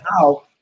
Now